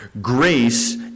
Grace